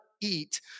eat